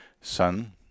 sun